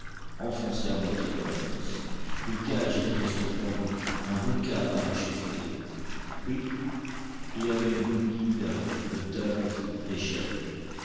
enfoncée à moitié dans la fosse une cage était restée pendue un bout de câble arraché flottait puis il y avait une bouillie de berlines de dalles de fonte d'échelles